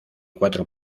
cuatro